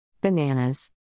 Bananas